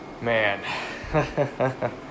Man